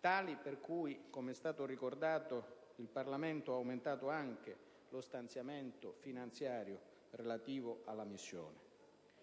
tali per cui, come è stato ricordato, il Parlamento ha aumentato anche lo stanziamento finanziario relativo alla missione.